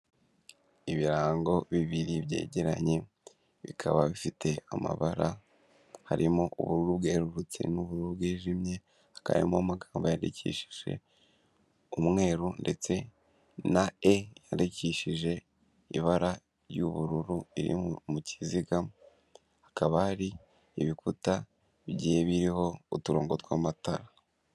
Ibirango bibiri byegeranye bikaba bifite amabara harimo ubururu bwerurutse n'ubururu bwijimye akarimo amagambo yanyandikishije umweru ndetse na "E" yandikishije ibara ry'ubururu iri mu kiziga hakaba hari ibikuta bigiye biriho uturongo tw'amatara.